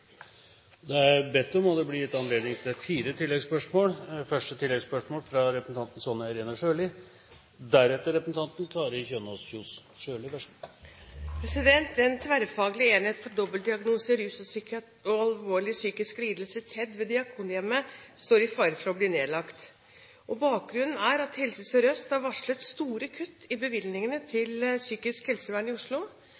bedt om og blir gitt anledning til fire oppfølgingsspørsmål – først Sonja Irene Sjøli. En tverrfaglig enhet for dobbeltdiagnose, rus og alvorlige psykiske lidelser, TEDD, ved Diakonhjemmet står i fare for å bli nedlagt. Bakgrunnen er at Helse Sør-Øst har varslet store kutt i bevilgningene til